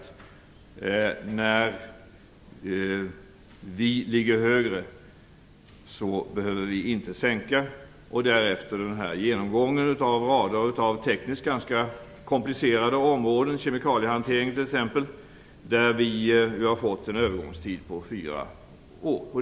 Och när vi ligger högre, behöver vi inte sänka. Därefter följer genomgången av tekniskt ganska komplicerade områden - t.ex. kemikaliehanteringens område, där vi har fått en övergångstid på fyra år.